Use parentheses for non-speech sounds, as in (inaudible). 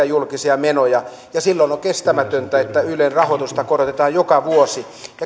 (unintelligible) julkisia menoja ja silloin on kestämätöntä että ylen rahoitusta korotetaan joka vuosi